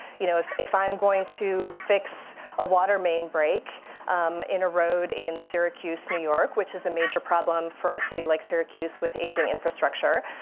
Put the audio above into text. you know, if if i'm going to fix a water main break in a road in syracuse, new york. which is a major problem for a city like syracuse with aging infrastructure.